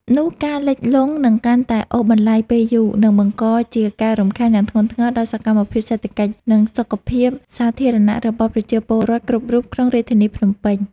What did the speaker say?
នោះការលិចលង់នឹងកាន់តែអូសបន្លាយពេលយូរ និងបង្កជាការរំខានយ៉ាងធ្ងន់ធ្ងរដល់សកម្មភាពសេដ្ឋកិច្ច និងសុខភាពសាធារណៈរបស់ប្រជាពលរដ្ឋគ្រប់រូបក្នុងរាជធានីភ្នំពេញ។